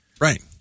Right